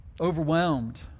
overwhelmed